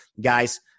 Guys